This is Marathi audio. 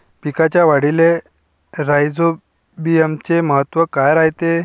पिकाच्या वाढीले राईझोबीआमचे महत्व काय रायते?